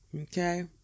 Okay